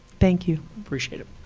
thank you. appreciate it.